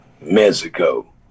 Mexico